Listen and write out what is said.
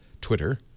Twitter